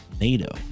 nato